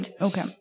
Okay